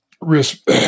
risk